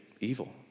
evil